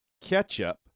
ketchup